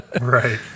Right